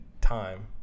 time